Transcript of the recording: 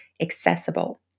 accessible